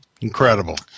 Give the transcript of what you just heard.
Incredible